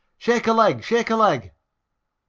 shake a leg, shake a leg.